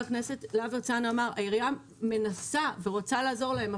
הכנסת להב הרצנו אמר העירייה מנסה ורוצה לעזור להם,